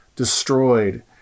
destroyed